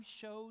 shows